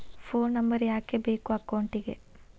Phone number ಯಾಕೆ ಬೇಕು ಅಕೌಂಟಿಗೆ?